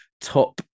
top